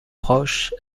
proche